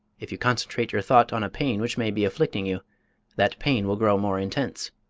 if you concentrate your thought on a pain which may be afflicting you that pain will grow more intense.